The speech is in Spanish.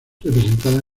representada